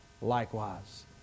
likewise